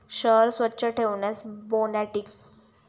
शहर स्वच्छ ठेवण्यास बोटॅनिकल गार्डन देखील मदत करतात